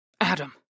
Adam